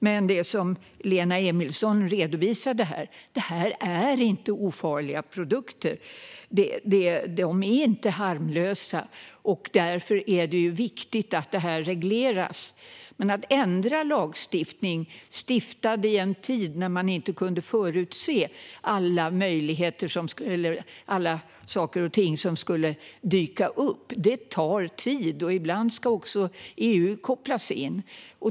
Men som Lena Emilsson redovisade här är det inte ofarliga produkter. De är inte harmlösa, och därför är det viktigt att de regleras. Men att ändra lagstiftning stiftad i en tid när man inte kunde förutse alla saker och ting som skulle dyka upp tar tid, och ibland ska också EU kopplas in.